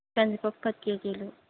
కందిపప్పు పది కేజీలు